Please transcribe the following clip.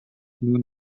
nous